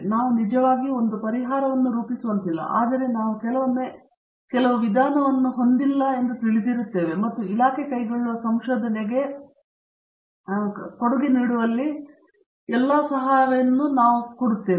ನಾವು ನಿಜವಾಗಿಯೂ ಒಂದು ಪರಿಹಾರವನ್ನು ರೂಪಿಸುವಂತಿಲ್ಲ ಆದರೆ ನಾವು ಕೆಲವೊಮ್ಮೆ ಕೆಲವು ವಿಧಾನವನ್ನು ಹೊಂದಿಲ್ಲ ಎಂದು ತಿಳಿದಿರುತ್ತೇವೆ ಮತ್ತು ಇಲಾಖೆ ಕೈಗೊಳ್ಳುವ ಸಂಶೋಧನೆಗೆ ಕೊಡುಗೆ ನೀಡುವಲ್ಲಿ ಈ ಎಲ್ಲಾ ಸಹಾಯವನ್ನೂ ನಾವು ಹೇಳುತ್ತೇವೆ